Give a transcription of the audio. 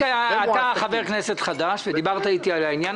אתה חבר כנסת חדש ודיברת איתי על העניין